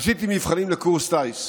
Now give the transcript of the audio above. עשיתי מבחנים לקורס טיס,